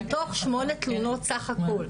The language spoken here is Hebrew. מתוך 8 תלונות סך הכול,